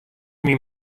myn